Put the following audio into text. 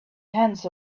hands